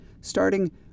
starting